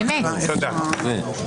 הישיבה.